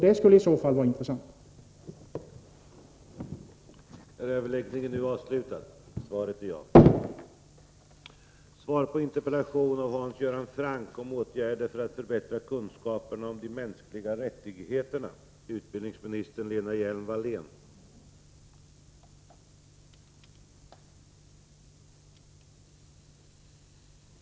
Det skulle i så fall vara intressant att få ett besked. förbättra kunskaperna om de mänskliga rättigheternam.m.